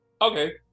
okay